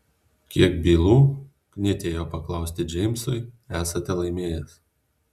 kiek bylų knietėjo paklausti džeimsui esate laimėjęs